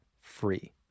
free